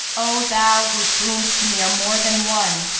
o thou whose boons to me are more than one!